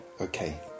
Okay